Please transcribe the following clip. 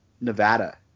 Nevada